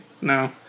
No